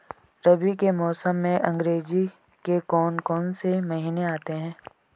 रबी के मौसम में अंग्रेज़ी के कौन कौनसे महीने आते हैं?